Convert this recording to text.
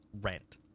rent